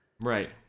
Right